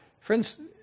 Friends